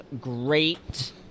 great